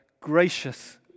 gracious